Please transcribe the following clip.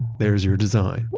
there's your design.